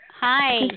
Hi